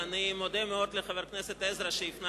ואני מודה מאוד לחבר הכנסת עזרא שהפנה